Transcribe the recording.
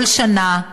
כל שנה,